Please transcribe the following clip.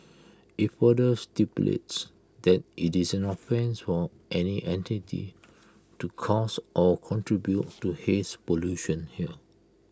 IT further stipulates that IT is an offence for any entity to cause or contribute to haze pollution here